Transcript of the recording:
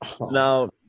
Now